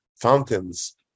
fountains